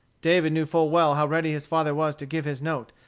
david knew full well how ready his father was to give his note,